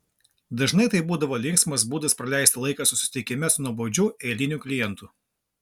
dažnai tai būdavo linksmas būdas praleisti laiką susitikime su nuobodžiu eiliniu klientu